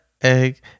egg